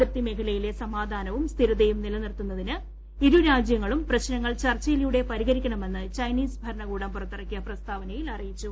അതിർത്തി മേഖലയിലെ സമാധാനവും സ്ഥിരതയും നിലനിർത്തുന്നതിന് ഇരുരാജ്യങ്ങളും പ്രശ്നങ്ങൾ ചർച്ചയിലൂടെ പരിഹരിക്കണമെന്ന് ചൈനീസ് ഭരണകൂടം പുറത്തിറക്കിയ പ്രസ്താവനയിൽ അറിയിച്ചു